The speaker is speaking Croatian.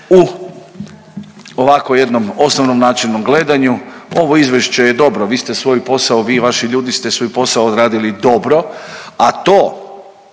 U ovako jednom osnovnom načelnom gledanju, ovo izvješće je dobro. Vi ste svoj posao, vi i vaši ljudi ste svoj posao odradili dobro, a to